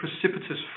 precipitous